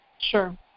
Sure